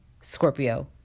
Scorpio